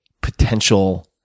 potential